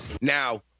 Now